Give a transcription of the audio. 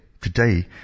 Today